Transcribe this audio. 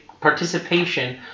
participation